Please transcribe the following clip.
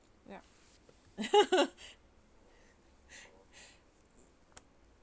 ya